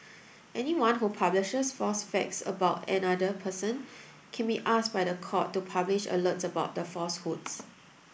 anyone who publishes false facts about another person can be asked by the court to publish alerts about the falsehoods